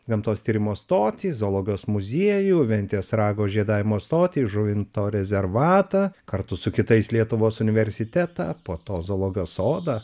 gamtos tyrimo stotį zoologijos muziejų ventės rago žiedavimo stotį žuvinto rezervatą kartu su kitais lietuvos universitetą po to zoologijos sodą